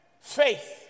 Faith